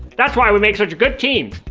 that's why we make such a good team.